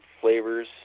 flavors